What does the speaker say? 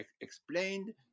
explained